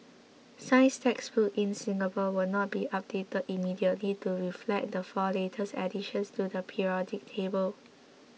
science textbooks in Singapore will not be updated immediately to reflect the four latest additions to the periodic table